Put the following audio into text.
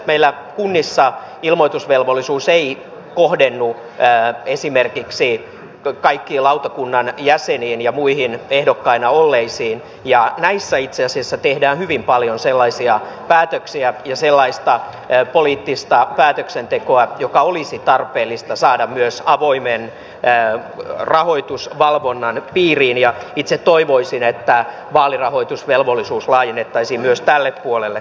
meillä kunnissa ilmoitusvelvollisuus ei kohdennu esimerkiksi kaikkiin lautakunnan jäseniin ja muihin ehdokkaina olleisiin ja näissä itse asiassa tehdään hyvin paljon sellaisia päätöksiä ja sellaista poliittista päätöksentekoa joka olisi tarpeellista saada myös avoimen rahoitusvalvonnan piiriin ja itse toivoisin että vaalirahoitusvelvollisuus laajennettaisiin myös tälle puolelle